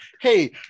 hey